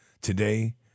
Today